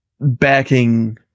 backing